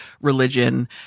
religion